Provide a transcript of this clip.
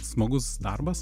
smagus darbas